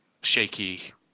shaky